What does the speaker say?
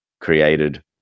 created